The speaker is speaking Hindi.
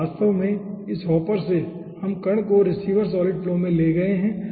तो वास्तव में इस हॉपर से हम कण को रिसीवर सॉलिड फ्लो में ले गए है